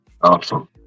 awesome